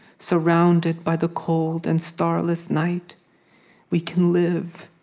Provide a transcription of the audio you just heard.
surrounded by the cold and starless night we can live.